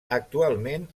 actualment